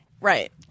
Right